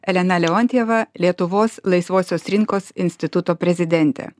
elena leontjeva lietuvos laisvosios rinkos instituto prezidentė